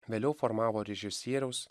vėliau formavo režisieriaus